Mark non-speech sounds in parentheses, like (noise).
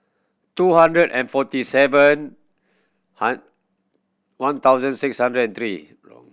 two hundred and forty seven (unintelligible) one thousand six hundred and three wrong